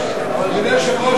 אדוני היושב-ראש,